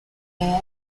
though